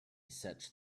such